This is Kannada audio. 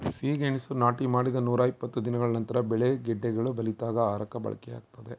ಸಿಹಿಗೆಣಸು ನಾಟಿ ಮಾಡಿದ ನೂರಾಇಪ್ಪತ್ತು ದಿನಗಳ ನಂತರ ಬೆಳೆ ಗೆಡ್ಡೆಗಳು ಬಲಿತಾಗ ಆಹಾರಕ್ಕೆ ಬಳಕೆಯಾಗ್ತದೆ